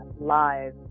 Live